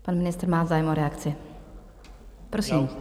Pan ministr má zájem o reakci, prosím.